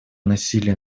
насилия